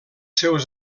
seus